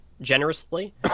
generously